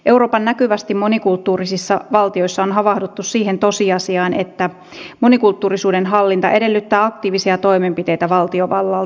euroopan näkyvästi monikulttuurisissa valtioissa on havahduttu siihen tosiasiaan että monikulttuurisuuden hallinta edellyttää aktiivisia toimenpiteitä valtiovallalta